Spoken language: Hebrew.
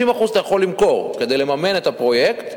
50% אתה יכול למכור כדי לממן את הפרויקט,